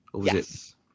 Yes